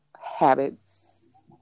habits